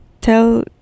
tell